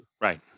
Right